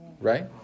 right